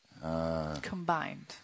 Combined